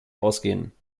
ausgehen